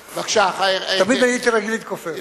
תמיד הייתי רגיל להתכופף.